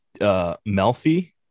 Melfi